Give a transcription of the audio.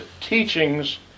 teachings